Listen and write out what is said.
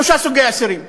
שלושה סוגי אסירים: